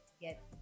get